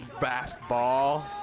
basketball